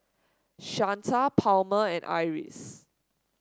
Shanta Palmer and Iris